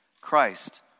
Christ